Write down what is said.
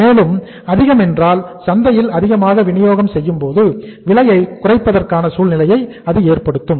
மேலும் அதிகமென்றால் சந்தையில் அதிகமாக வினியோகம் செய்யும்போது விலையை குறைப்பதற்கான சூழ்நிலையை அது ஏற்படுத்தும்